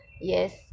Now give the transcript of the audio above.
yes